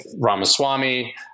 Ramaswamy